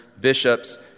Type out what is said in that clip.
bishops